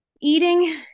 Eating